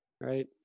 right